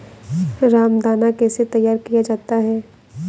रामदाना कैसे तैयार किया जाता है?